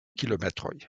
kilometroj